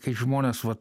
kad žmonės vat